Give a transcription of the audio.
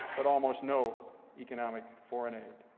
but almost no economic foreign aid.